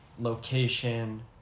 location